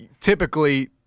Typically